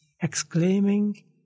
exclaiming